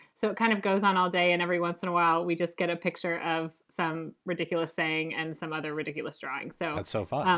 so it kind of goes on all day. and every once in a while we just get a picture of some ridiculous thing and some other ridiculous drawings. so and so far,